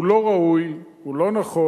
הוא לא ראוי, הוא לא נכון.